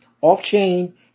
off-chain